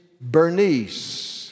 Bernice